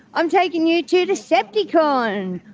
i'm taking you to decepticon.